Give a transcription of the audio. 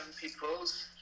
people's